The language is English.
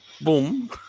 boom